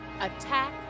attack